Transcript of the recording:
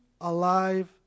alive